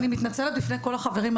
אני מתנצלת בפני כל החברים,